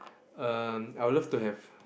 um I would love to have